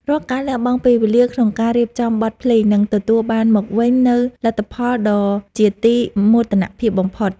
រាល់ការលះបង់ពេលវេលាក្នុងការរៀបចំបទភ្លេងនឹងទទួលបានមកវិញនូវលទ្ធផលដ៏ជាទីមោទនៈបំផុត។